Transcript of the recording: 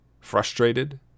frustrated